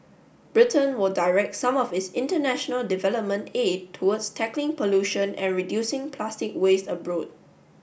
Britain will direct some of its international development aid towards tackling pollution and reducing plastic waste abroad